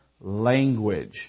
language